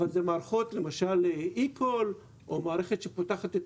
אבל אלה מערכות כמו eCall או מערכת שפותחת את